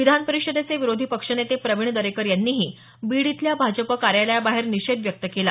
विधानपरिषदेचे विरोधी पक्षनेते प्रविण दरेकर यांनीही बीड इथल्या भाजपा कार्यालयाबाहेर निषेध व्यक्त केला